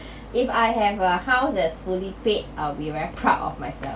if I have a house that's fully paid I'll be very proud of myself